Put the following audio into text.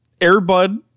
Airbud